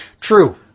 True